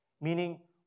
meaning